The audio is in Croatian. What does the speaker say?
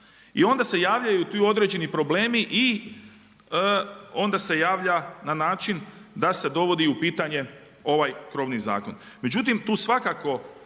i onda se javljaju tu određeni problemi i onda se javlja na način da se dovodi u pitanje ovaj krovni zakon.